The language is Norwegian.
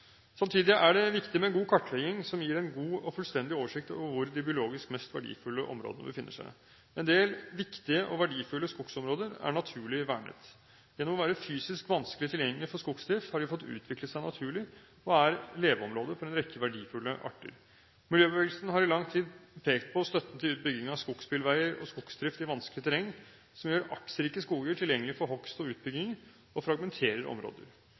Samtidig er det viktig med en god kartlegging som gir en god og fullstendig oversikt over hvor de biologisk mest verdifulle områdene befinner seg. En del viktige og verdifulle skogsområder er naturlig vernet. Gjennom å være fysisk vanskelig tilgjengelig for skogsdrift har de fått utvikle seg naturlig, og er leveområde for en rekke verdifulle arter. Miljøbevegelsen har i lang tid pekt på støtten til bygging av skogsbilveier og skogsdrift i vanskelig terreng, som gjør artsrike skoger tilgjengelig for hogst og utbygginger og fragmenterer områder.